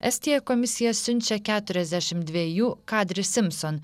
estija į komisiją siunčia keturiasdešim dviejų kadri simsom